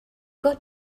got